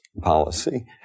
policy